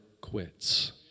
quits